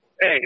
hey